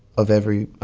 of every